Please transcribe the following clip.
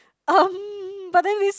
um but then this